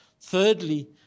Thirdly